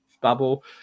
bubble